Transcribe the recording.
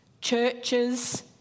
churches